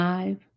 Five